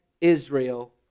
Israel